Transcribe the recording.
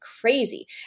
crazy